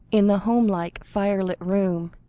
in the home-like, firelit room,